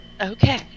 Okay